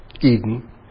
Eden